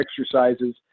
exercises